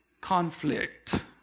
conflict